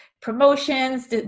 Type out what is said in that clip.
promotions